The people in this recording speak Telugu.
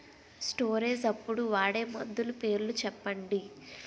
స్టోరేజ్ అప్పుడు వాడే మందులు పేర్లు చెప్పండీ?